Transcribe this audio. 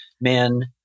men